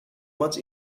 much